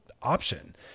option